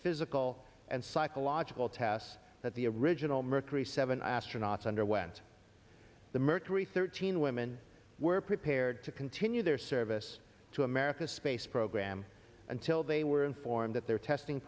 physical and psychological tests that the original mercury seven astronauts underwent the mercury thirteen women were prepared to continue their service to america's space program until they were informed that their testing